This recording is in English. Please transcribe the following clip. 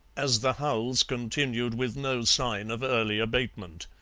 as the howls continued with no sign of early abatement.